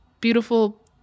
beautiful